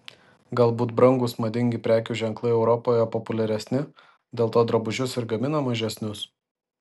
galbūt brangūs madingi prekių ženklai europoje populiaresni dėl to drabužius ir gamina mažesnius